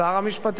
שר המשפטים.